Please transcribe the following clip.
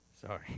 sorry